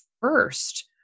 first